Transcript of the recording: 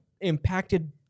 impacted